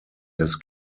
his